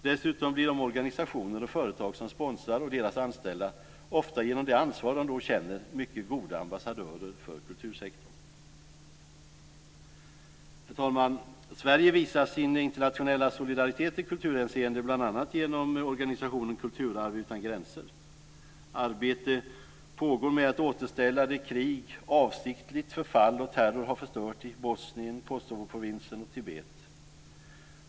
Dessutom blir de organisationer och företag som sponsrar och deras anställda ofta genom det ansvar de då känner mycket goda ambassadörer för kultursektorn. Herr talman! Sverige visar sin internationella solidaritet i kulturhänseende bl.a. genom organisationen Kulturarv utan gränser. Arbete pågår med att återställa det krig, avsiktligt förfall och terror har förstört i Bosnien, Kosovoprovinsen och Tibet.